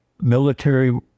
military